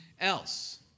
else